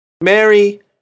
Mary